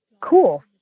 cool